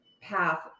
path